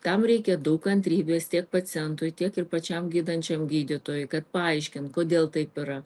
tam reikia daug kantrybės tiek pacientui tiek ir pačiam gydančiam gydytojui kad paaiškint kodėl taip yra